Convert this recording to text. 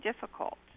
difficult